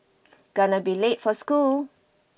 gonna be late for school